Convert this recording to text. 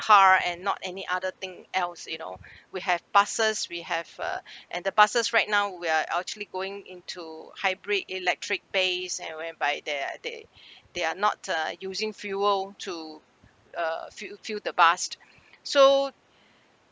car and not any other thing else you know we have buses we have uh and the buses right now we're actually going into hybrid electric base and where by they're they they are not uh using fuel to uh fill fill the bus so